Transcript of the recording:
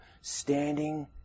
standing